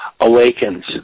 awakens